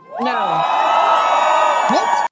No